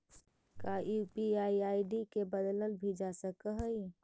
का UPI ID के बदलल भी जा सकऽ हई?